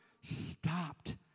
stopped